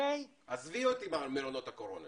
עזבי אותו ממלונות הקורונה.